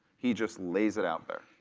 he just lays it out there.